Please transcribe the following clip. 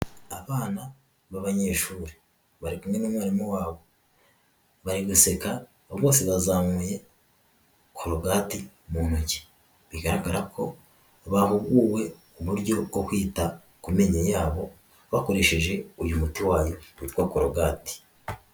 Abana b'abanyeshuri bari kumwe n'umwarimu wabo, bari guseka bose bazamuye korogati mu ntoki bigaragara ko bahuguwe uburyo bwo kwita ku menyo yabo bakoresheje uyu muti wayo witwa korogate.